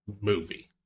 movie